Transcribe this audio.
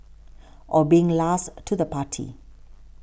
or being last to the party